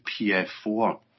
PF4